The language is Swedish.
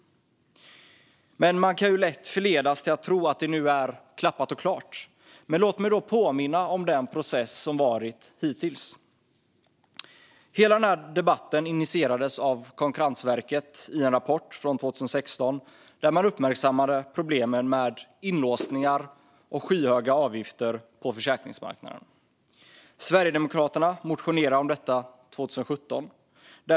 Man kan lätt förledas att tro att det nu är klappat och klart, men låt mig då påminna om den process som varit hittills. Hela den här debatten initierades av Konkurrensverket i en rapport från 2016, där man uppmärksammade problemen med inlåsningar och skyhöga avgifter på försäkringsmarknaden. Sverigedemokraterna motionerade om detta 2017.